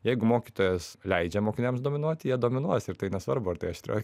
jeigu mokytojas leidžia mokiniams dominuoti jie dominuos ir tai nesvarbu ar tai aštrioj